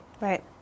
right